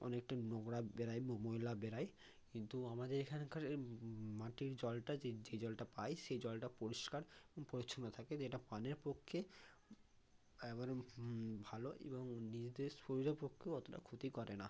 অনেকটা নোংরা বের হয় ময়লা বের হয় কিন্তু আমাদের এখানকার মাটির জলটা যে জলটা পাই সে জলটা পরিষ্কার পরিচ্ছন্ন থাকে যে এটা পানের পক্ষে একবারে ভালো এবং নিজেদের শরীরের পক্ষেও অতোটা ক্ষতি করে না